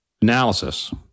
analysis